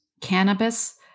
cannabis